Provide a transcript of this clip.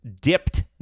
dipped